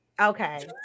Okay